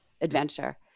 adventure